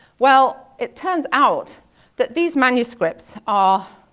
well, it turns out that these manuscripts are